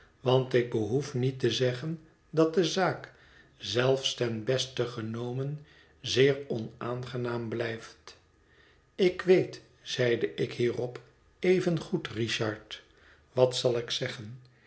want ik behoef niet te zeggen dat de zaak zelfs ten beste genomen zeer onaangenaam blijft ik weet zeide ik hierop evengoed richard wat zal ik zeggen